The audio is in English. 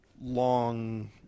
long